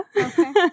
Okay